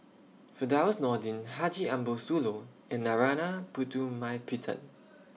Firdaus Nordin Haji Ambo Sooloh and Narana Putumaippittan